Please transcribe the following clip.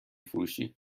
فروشی